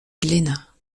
glénat